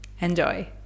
Enjoy